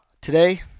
Today